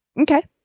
okay